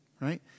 right